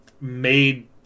made